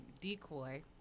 decoy